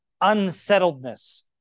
unsettledness